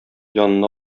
янына